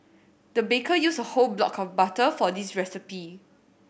the baker used a whole block of butter for this recipe